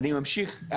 אני ממשיך.